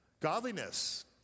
Godliness